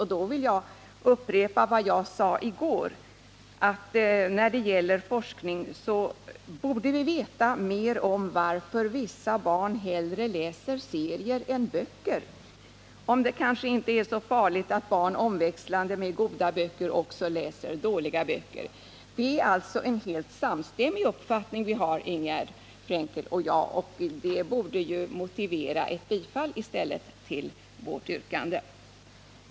Jag vill upprepa vad jag sade i går, nämligen att när det gäller forskning borde vi veta mer om varför vissa barn hellre läser serier än böcker. Det är kanske inte så farligt att barn omväxlande med goda böcker också läser dåliga böcker. Ingegärd Frenkel och jag har alltså en helt samstämmig uppfattning, vilket i stället borde motivera ett bifall till vårt yrkande.